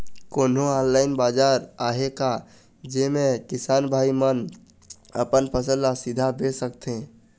कोन्हो ऑनलाइन बाजार आहे का जेमे किसान भाई मन अपन फसल ला सीधा बेच सकथें?